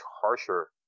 harsher